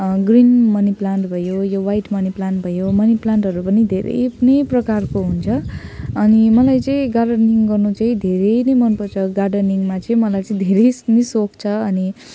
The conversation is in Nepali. ग्रिन मनी प्लान्ट भयो यो ह्वाइट मनी प्लान्ट भयो मनी प्लान्टहरू पनि धेरै नै प्रकारको हुन्छ अनि मलाई चाहिँ गार्डेनिङ गर्नु चाहिँ धेरै नै मनपर्छ गार्डेनिङमा चाहिँ मलाई चाहिँ धेरै नै सोख छ अनि